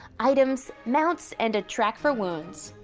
items, mounts, and a track for wounds.